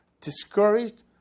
discouraged